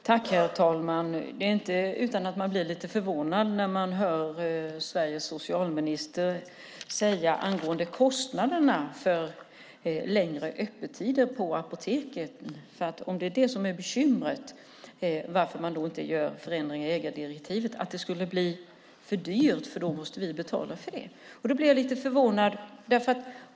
Herr talman! Det är inte utan att man blir lite förvånad när man hör Sveriges socialminister säga så här angående kostnaderna för längre öppettider på apoteken: Bekymret, och anledningen till att man inte gör förändringar i ägardirektivet, är att det skulle bli för dyrt, för då måste vi betala för det. Jag blir lite förvånad.